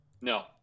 No